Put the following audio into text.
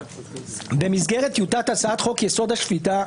במסגרת טיוטת הצעת חוק-יסוד: השפיטה,